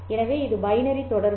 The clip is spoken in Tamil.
எனவே இது பைனரி தொடர்பு